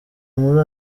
muri